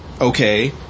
okay